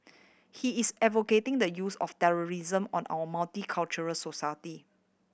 he is advocating the use of terrorism on our multicultural society